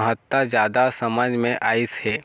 महत्ता जादा समझ मे अइस हे